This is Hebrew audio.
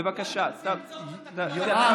יואב,